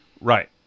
Right